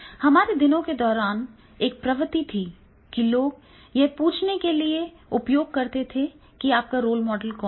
हमारे दिनों के दौरान एक प्रवृत्ति थी कि लोग यह पूछने के लिए उपयोग करते हैं कि आपका रोल मॉडल कौन है